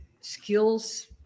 skills